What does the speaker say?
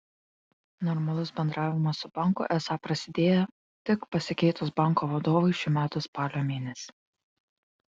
normalus bendravimas su banku esą prasidėjo tik pasikeitus banko vadovui šių metų spalio mėnesį